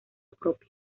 propio